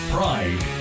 Pride